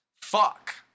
Fuck